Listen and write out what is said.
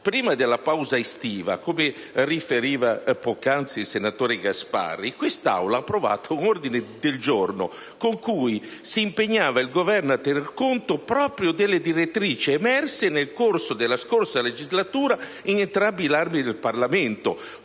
prima della pausa estiva, come riferiva poc'anzi il senatore Gasparri, quest'Aula ha approvato un ordine del giorno con cui si impegnava il Governo a tenere conto proprio delle direttrici emerse nel corso della passata legislatura in entrambi i rami del Parlamento,